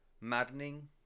Maddening